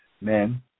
men